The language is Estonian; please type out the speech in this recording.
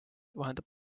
vahendab